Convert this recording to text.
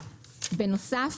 בנוסף,